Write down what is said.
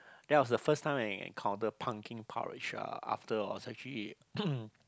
that was the first time I encounter pumpkin porridge uh after I was actually